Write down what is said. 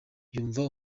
yumva